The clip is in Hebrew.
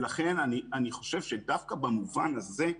לכן, אני חושב שדווקא במובן הזה,